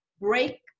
break